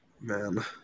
Man